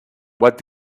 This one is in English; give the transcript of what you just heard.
what